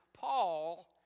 Paul